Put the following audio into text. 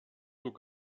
zur